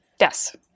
Yes